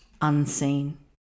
unseen